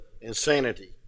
insanity